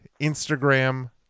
Instagram